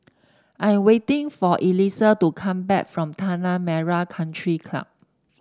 I am waiting for Elisa to come back from Tanah Merah Country Club